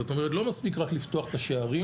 זאת אומרת לא מספיק רק לפתוח את השערים.